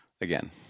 again